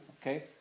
Okay